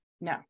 no